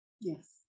Yes